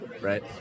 right